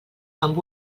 amb